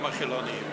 היהודית ממדינות ערב,